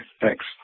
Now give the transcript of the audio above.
thanks